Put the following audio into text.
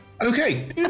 Okay